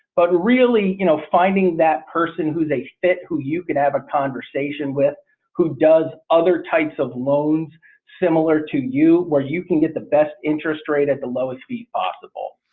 but really you know finding that person who they fit who you can have a conversation with who does other types of loans similar to you where you can get the best interest rate at the lowest be possible.